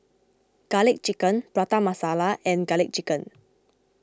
Garlic Chicken Prata Masala and Garlic Chicken